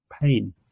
pain